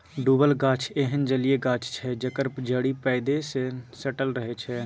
डुबल गाछ एहन जलीय गाछ छै जकर जड़ि पैंदी सँ सटल रहै छै